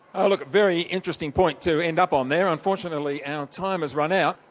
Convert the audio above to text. ah like very interesting point to end up on there. unfortunately our time has run out.